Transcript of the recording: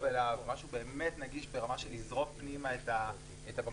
אליו משהו באמת נגיש ברמה של לזרוק פנימה את הבקבוקים,